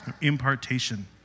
Impartation